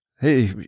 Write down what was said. Hey